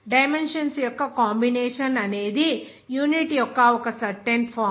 dimensions యొక్క combination అనేది unit యొక్క ఒక సర్టెన్ ఫామ్